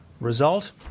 result